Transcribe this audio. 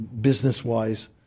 business-wise